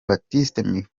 baptiste